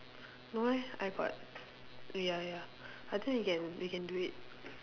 no leh I got ya ya I think we can we can do it